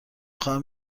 خواهم